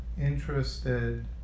interested